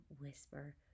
whisper